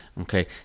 okay